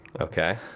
okay